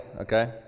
okay